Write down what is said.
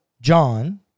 John